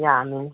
ꯌꯥꯝꯃꯦ